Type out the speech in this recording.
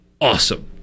awesome